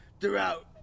throughout